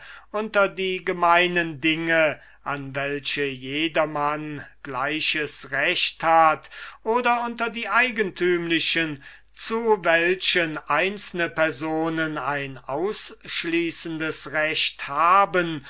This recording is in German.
unter die gemeinen dinge an welche jedermann gleiches recht hat oder unter die eigentümlichen zu welchen einzelne personen ein ausschließendes recht haben